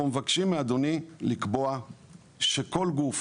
אנחנו מבקשים מאדוני לקבוע שכל גוף